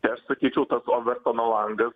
sakyčiau tas overtono langas